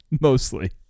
Mostly